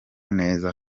neza